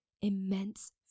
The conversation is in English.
immense